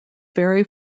very